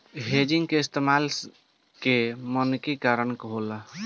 hedging के इस्तमाल के मानकी करण होला